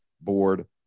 board